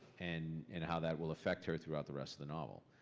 and and how that will affect her throughout the rest of the novel.